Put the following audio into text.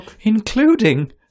including